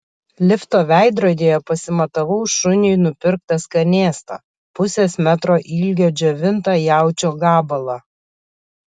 lifto veidrodyje pasimatavau šuniui nupirktą skanėstą pusės metro ilgio džiovintą jaučio gabalą